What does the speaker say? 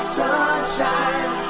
sunshine